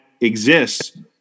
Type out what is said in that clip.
exists